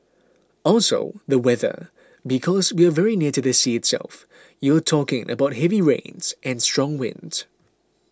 also the weather because we are very near to the sea itself you're talking about heavy rains and strong winds